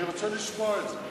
אני רוצה לשמוע את זה.